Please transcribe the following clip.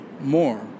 more